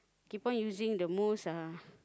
keep on using the most uh